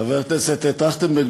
חבר הכנסת טרכטנברג,